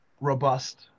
robust